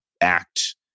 act